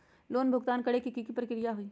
Loan भुगतान करे के की की प्रक्रिया होई?